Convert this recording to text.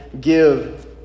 give